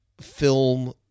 film